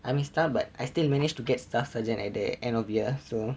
I missed out but I still managed to get staff sergeant at the end of year so